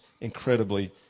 incredibly